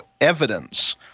evidence